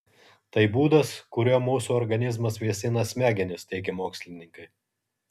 tai būdas kuriuo mūsų organizmas vėsina smegenis teigia mokslininkai